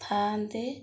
ଥାଆନ୍ତି